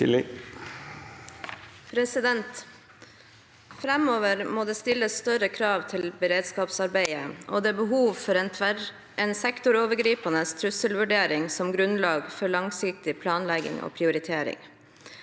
«Frem- over må det stilles større krav til beredskapsarbeidet, og det er behov for en sektorovergripende trusselvurdering som grunnlag for langsiktig planlegging og prioritering.